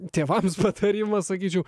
tėvams patarimas sakyčiau